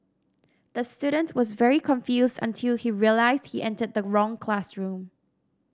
the student was very confused until he realised he entered the wrong classroom